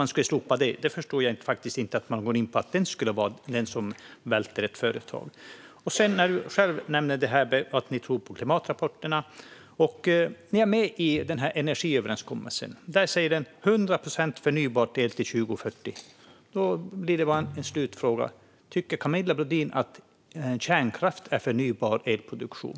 Jag förstår inte varför man skulle vilja slopa personalliggarna och varför man tycks mena att det skulle vara just de som välter ett företag. Camilla nämner själv att ni tror på klimatrapporterna och att ni är med på det som sägs i energiöverenskommelsen. Där talas det om 100 procent förnybar el till 2040. Därför blir min slutfråga: Tycker Camilla Brodin att kärnkraft är förnybar elproduktion?